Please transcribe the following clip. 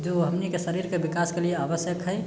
जो हमनीके शरीरके बिकास के लिये आवश्यक हय